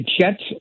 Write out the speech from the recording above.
Jets